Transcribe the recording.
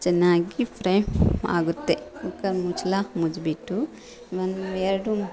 ಚೆನ್ನಾಗಿ ಫ್ರೈ ಆಗುತ್ತೆ ಕುಕ್ಕರ್ ಮುಚ್ಚಳ ಮುಚ್ಚಿಬಿಟ್ಟು ಒಂದು ಎರಡು